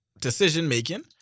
decision-making